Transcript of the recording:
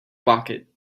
pocket